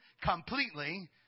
completely